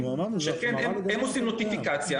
שכן הם עושים נוטיפיקציה,